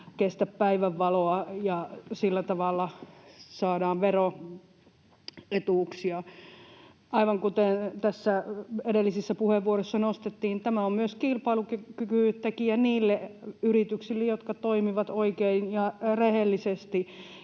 kestä päivänvaloa, ja sillä tavalla saadaan veroetuuksia. Aivan kuten tässä edellisissä puheenvuoroissa nostettiin, tämä on myös kilpailukykytekijä niille yrityksille, jotka toimivat oikein ja rehellisesti.